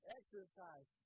exercise